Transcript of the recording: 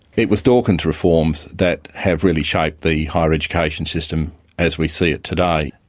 it was dawkins' reforms that have really shaped the higher education system as we see it today.